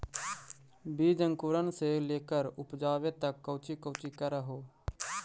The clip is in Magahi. बीज अंकुरण से लेकर उपजाबे तक कौची कौची कर हो?